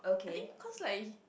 I think cause like he